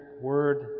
word